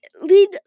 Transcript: Lead